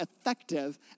effective